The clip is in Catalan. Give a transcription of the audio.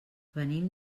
venim